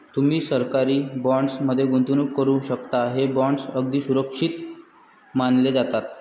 तुम्ही सरकारी बॉण्ड्स मध्ये गुंतवणूक करू शकता, हे बॉण्ड्स अगदी सुरक्षित मानले जातात